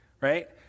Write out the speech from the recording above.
right